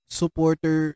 supporter